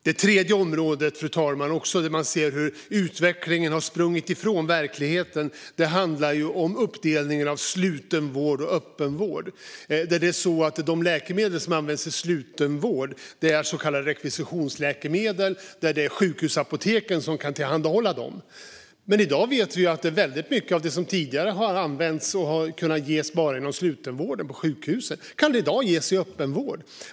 Ett annat område där man ser hur utvecklingen har sprungit ifrån verkligheten handlar om uppdelningen av slutenvård och öppenvård. Där är det så att de läkemedel som används i slutenvård är så kallade rekvisitionsläkemedel, som det är sjukhusapoteken som kan tillhandahålla. Väldigt mycket av det som tidigare använts och kunnat ges enbart inom slutenvården på sjukhusen kan i dag ges i öppenvård.